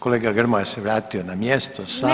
Kolega Grmoja se vratio na mjesto sam.